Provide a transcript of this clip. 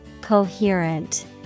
Coherent